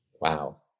Wow